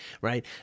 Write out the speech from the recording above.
right